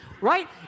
Right